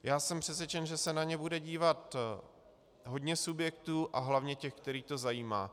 Já jsem přesvědčen, že se na ně bude dívat hodně subjektů a hlavně těch, které to zajímá.